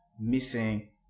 missing